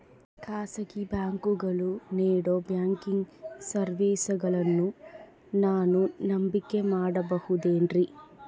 ಖಾಸಗಿ ಬ್ಯಾಂಕುಗಳು ನೇಡೋ ಬ್ಯಾಂಕಿಗ್ ಸರ್ವೇಸಗಳನ್ನು ನಾನು ನಂಬಿಕೆ ಮಾಡಬಹುದೇನ್ರಿ?